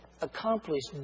accomplished